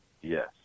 Yes